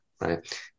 right